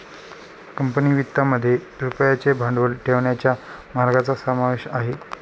company वित्तामध्ये रुपयाचे भांडवल ठेवण्याच्या मार्गांचा समावेश आहे